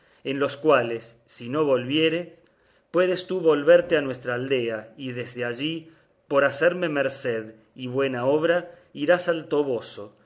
en los cuales si no volviere puedes tú volverte a nuestra aldea y desde allí por hacerme merced y buena obra irás al toboso